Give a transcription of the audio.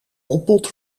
opbod